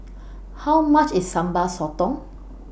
How much IS Sambal Sotong